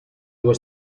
due